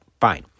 Fine